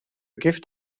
gift